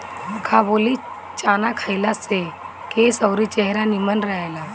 काबुली चाना खइला से केस अउरी चेहरा निमन रहेला